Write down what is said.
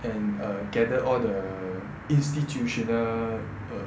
and err gather all the institutional err